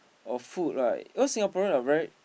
or food right because Singaporeans are very